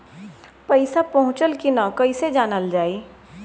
पैसा पहुचल की न कैसे जानल जाइ?